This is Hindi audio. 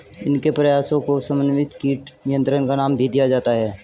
इनके प्रयासों को समन्वित कीट नियंत्रण का नाम भी दिया जाता है